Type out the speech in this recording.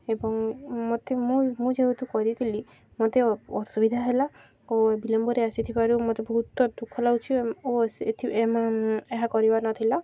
ଏବଂ ମୋତେ ମୁଁ ମୁଁ ଯେହେତୁ କରିଥିଲି ମୋତେ ଅସୁବିଧା ହେଲା ଓ ବିଲମ୍ବରେ ଆସିଥିବାରୁ ମୋତେ ବହୁତ ଦୁଃଖ ଲାଗୁଛି ଓ ଏହା କରିବା ନଥିଲା